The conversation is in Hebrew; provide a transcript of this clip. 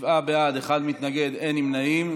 שבעה בעד, אחד מתנגד, אין נמנעים.